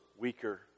weaker